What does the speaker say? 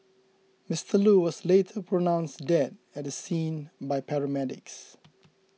Mister Loo was later pronounced dead at the scene by paramedics